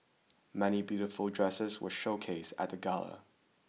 many beautiful dresses were showcased at the gala